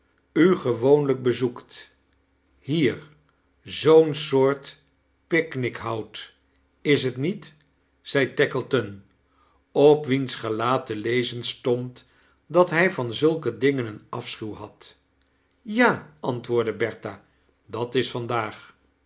u gewoonlijk bezoekt hier zoo'n soort picnic houdt is t niet zei tackleton op wiens gelaat te lezen stond dat hij van zulke dingen een afschuw had ja antwoordde bertha dat is vandaag